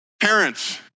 Parents